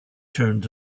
turned